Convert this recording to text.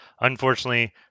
Unfortunately